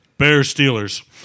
Bears-Steelers